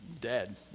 dead